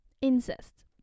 incest